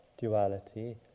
duality